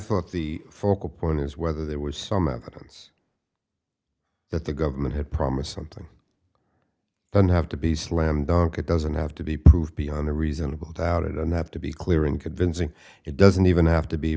thought the focal point is whether there was some evidence that the government had promised something doesn't have to be slam dunk it doesn't have to be proved beyond a reasonable doubt it doesn't have to be clear and convincing it doesn't even have to be